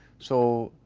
so,